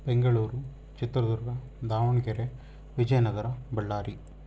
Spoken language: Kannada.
ಬೆಂಗಳೂರು ಚಿತ್ರದುರ್ಗ ದಾವಣಗೆರೆ ವಿಜಯನಗರ ಬಳ್ಳಾರಿ